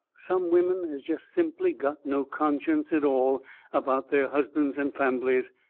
some women has jest simply got no conscience at all about their husbands and famblies,